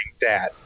dad